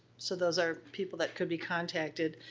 so those are people that could be contacted.